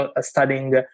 studying